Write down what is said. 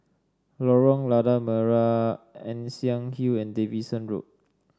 Lorong Lada Merah Ann Siang Hill and Davidson Road